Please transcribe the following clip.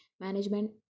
management